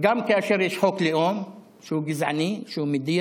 גם כאשר יש חוק לאום, שהוא גזעני, שהוא מדיר,